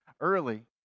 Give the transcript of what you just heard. early